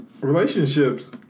relationships